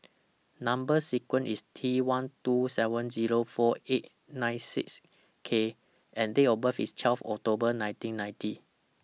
Number sequence IS T one two seven Zero four eight six K and Date of birth IS twelve October nineteen ninety